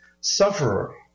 sufferer